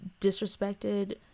disrespected